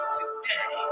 today